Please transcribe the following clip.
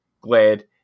Glad